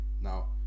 Now